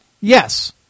Yes